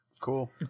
Cool